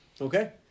okay